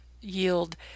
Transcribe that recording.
yield